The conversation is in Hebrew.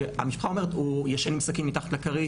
שהמשפחה אומרת הוא ישן עם סכין מתחת לכרית.